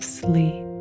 sleep